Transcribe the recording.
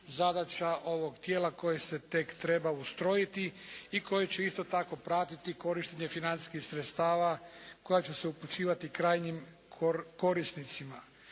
zadaća ovog tijela koje se tek treba ustrojiti i koji će isto tako pratiti korištenje financijskih sredstava koja će se upućivati krajnjim korisnicima.